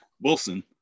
Wilson